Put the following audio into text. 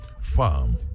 farm